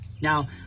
Now